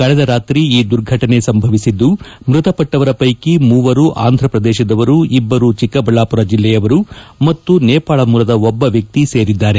ಕಳೆದ ರಾತ್ರಿ ಈ ದುರ್ಘಟನೆ ಸಂಭವಿಸಿದ್ದು ಮೃತಪಟ್ಟವರ ಪೈಕಿ ಮೂವರು ಆಂಧಪ್ರದೇಶದವರು ಇಬ್ಬರು ಚಿಕ್ಕಬಳ್ಳಾಪುರ ಜಿಲ್ಲೆಯವರು ಮತ್ತು ನೇಪಾಳ ಮೂಲದ ಒಬ್ಬ ವ್ಯಕ್ತಿ ಸೇರಿದ್ದಾರೆ